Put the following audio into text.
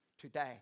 today